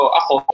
ako